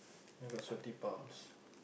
I got sweaty palms